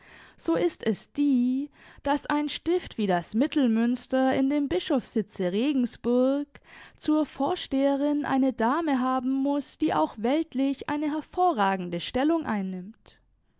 so ist es die daß ein stift wie das mittelmünster in dem bischofssitze regensburg zur vorsteherin eine dame haben muß die auch weltlich eine hervorragende stellung einnimmt